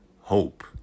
hope